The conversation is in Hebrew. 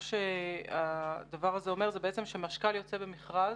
הדבר הזה אומר שכשמשכ"ל יוצא במכרז,